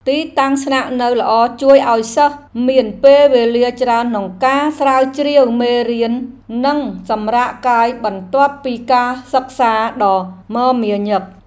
ទីតាំងស្នាក់នៅល្អជួយឱ្យសិស្សមានពេលវេលាច្រើនក្នុងការស្រាវជ្រាវមេរៀន និងសម្រាកកាយបន្ទាប់ពីការសិក្សាដ៏មមាញឹក។